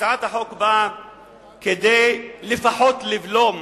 הצעת החוק באה כדי לפחות לבלום